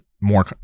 more